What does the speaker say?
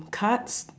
cards